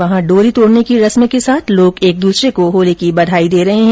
वहां डोरी तोडने की रस्म के साथ लोग एकद्सरे को होली की बधाई दे रहे है